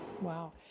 Wow